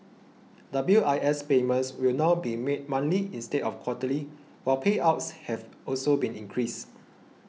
W I S payments will now be made monthly instead of quarterly while payouts have also been increased